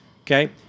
Okay